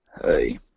Hey